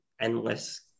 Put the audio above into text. endless